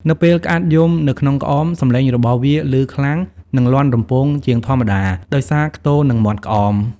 នៅពេលក្អាត់យំនៅក្នុងក្អម សំឡេងរបស់វាឮខ្លាំង និងលាន់រំពងជាងធម្មតា ដោយសារខ្ទរនឹងមាត់ក្អម។